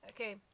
Okay